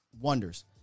wonders